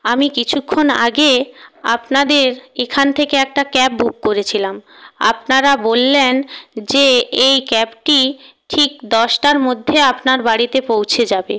আমি কিছুক্ষণ আগে আপনাদের এখান থেকে একটা ক্যাব বুক করেছিলাম আপনারা বললেন যে এই ক্যাবটি ঠিক দশটার মধ্যে আপনার বাড়িতে পৌঁছে যাবে